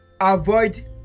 avoid